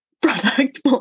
product